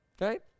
right